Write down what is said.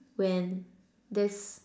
when this